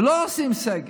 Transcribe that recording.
ולא עושים סגר,